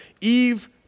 Eve